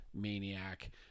maniac